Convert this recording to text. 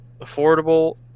affordable